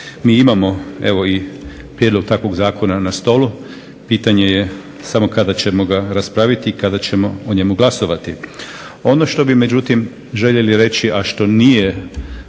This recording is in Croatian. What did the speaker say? Mi imamo evo i prijedlog takvog zakona na stolu, pitanje je samo kada ćemo ga raspraviti i kada ćemo o njemu glasovati. Ono što bih međutim željeli reći, a što nije